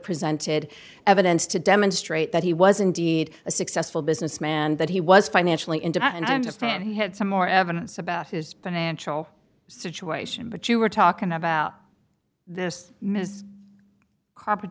presented evidence to demonstrate that he was indeed a successful businessman that he was financially independent i understand he had some more evidence about his financial situation but you were talking about this miss c